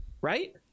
right